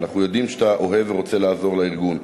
ואנחנו יודעים שאתה אוהב ורוצה לעזור לארגון,